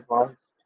advanced